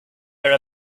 her